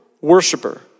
worshiper